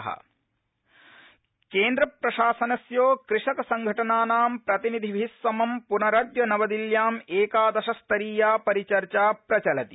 कृषि वार्ता केन्द्रप्रशासनस्य कृषकसंघटनानां प्रतिनिधिभिस्समं पुनरद्य नवदिल्यां एकादशस्तरीया परिचर्चा प्रचलति